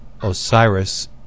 Osiris